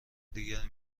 دیگری